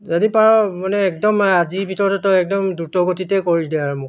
যদি পাৰ মানে একদম আজিৰ ভিতৰতে তই একদম দ্ৰুতগতিতে কৰি দে আৰু মোক